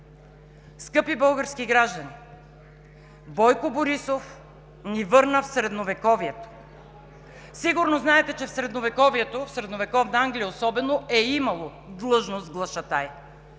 Скъпи български граждани, Бойко Борисов ни върна в Средновековието. Сигурно знаете, че в Средновековието, в Средновековна Англия особено, е имало длъжност „глашатай“,